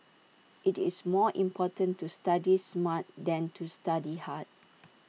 IT is more important to study smart than to study hard